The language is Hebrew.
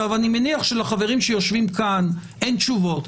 אני מניח שלחברים שיושבים כאן אין תשובות,